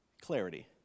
clarity